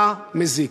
רע, מזיק.